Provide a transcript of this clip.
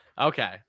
okay